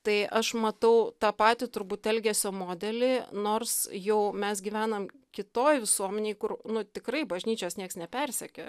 tai aš matau tą patį turbūt elgesio modelį nors jau mes gyvenam kitoj visuomenėj kur nu tikrai bažnyčios nieks nepersekioja